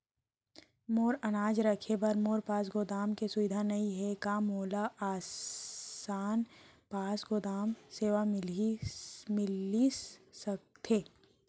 मोर अनाज रखे बर मोर पास गोदाम के सुविधा नई हे का मोला आसान पास गोदाम सेवा मिलिस सकथे?